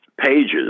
pages